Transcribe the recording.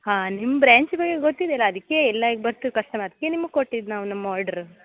ಹಾಂ ನಿಮ್ಮ ಬ್ರಾಂಚ್ ಬಗ್ಗೆ ಗೊತ್ತಿದೆಯಲ್ಲ ಅದಕ್ಕೆ ಎಲ್ಲ ಈಗ ಬರ್ತೀವಿ ಕಸ್ಟಮರ್ಸಿಗೆ ನಿಮಗೆ ಕೊಟ್ಟಿದ್ದು ನಾವು ನಮ್ಮ ಆರ್ಡ್ರ್